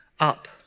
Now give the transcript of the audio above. Up